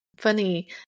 funny